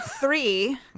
three